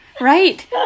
Right